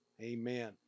Amen